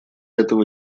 этого